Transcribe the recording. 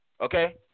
Okay